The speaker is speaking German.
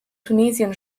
tunesien